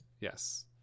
yes